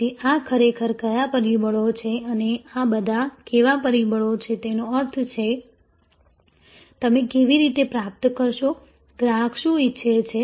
તેથી આ ખરેખર કયા પરિબળો છે અને આ બધા કેવા પરિબળો છે તેનો અર્થ છે તમે કેવી રીતે પ્રાપ્ત કરશો ગ્રાહક શું ઇચ્છે છે